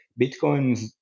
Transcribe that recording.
Bitcoin